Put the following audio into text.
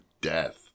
death